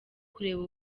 kureba